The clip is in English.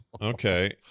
Okay